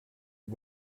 his